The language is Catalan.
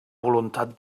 voluntat